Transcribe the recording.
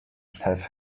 have